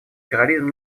терроризм